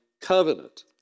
covenant